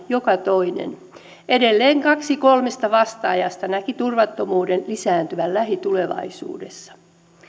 joka toinen edelleen kaksi kolmesta vastaajasta näki turvattomuuden lisääntyvän lähitulevaisuudessa